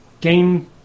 game